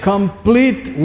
Complete